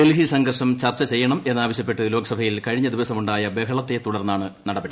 ഡൽഹി സംഘർഷം ചർച്ച ചെയ്യണമെന്നാവശ്യപ്പെട്ട് ലോക്സഭയിൽ കഴിഞ്ഞ ദിവസമു ായ ബഹളത്തെ തുടർന്നാണ് നടപടി